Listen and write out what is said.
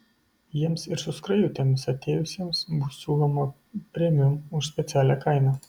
jiems ir su skrajutėmis atėjusiems bus siūloma premium už specialią kainą